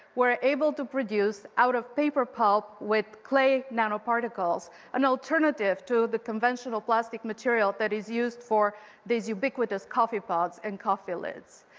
we're able to produce out of paper pulp with clay nanoparticles an alternative to the conventional plastic material that is used for these ubiquitous coffee pods and coffee lids.